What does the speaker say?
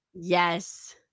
yes